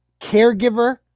caregiver